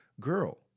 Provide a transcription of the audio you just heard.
girl